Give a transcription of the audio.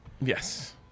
Yes